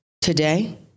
today